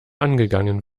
angegangen